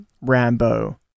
Rambo